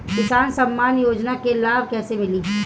किसान सम्मान योजना के लाभ कैसे मिली?